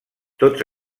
tots